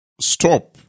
Stop